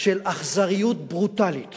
של אכזריות ברוטלית